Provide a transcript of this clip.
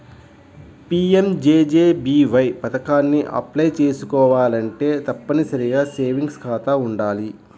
PMJJBY పథకానికి apply చేసుకోవాలంటే తప్పనిసరిగా సేవింగ్స్ ఖాతా వుండాలి